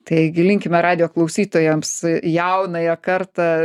taigi linkime radijo klausytojams jaunąją kartą